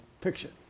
fiction